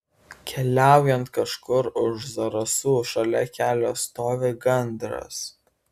keliaujant kažkur už zarasų šalia kelio stovi gandras